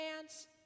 chance